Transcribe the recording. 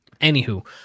anywho